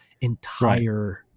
entire